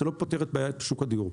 זה לא פותר את בעיית שור הדיור.